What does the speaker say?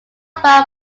far